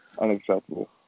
Unacceptable